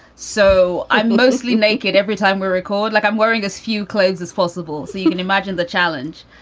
so i'm mostly naked every time we record. like, i'm wearing as few clothes as possible. so you can imagine the challenge